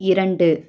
இரண்டு